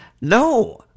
No